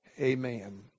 Amen